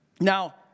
Now